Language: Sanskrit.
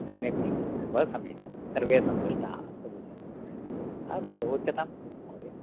सम्यगस्ति बहु सम्यक् जातं सर्वे सन्तुष्टाः अस्तु उच्यताम् महोदय